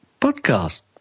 podcast